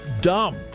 dumb